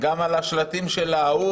גם על השלטים של ה ---.